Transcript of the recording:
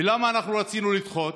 ולמה אנחנו רצינו לדחות?